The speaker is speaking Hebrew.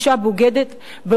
אשה בוגדת,